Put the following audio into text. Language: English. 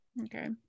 Okay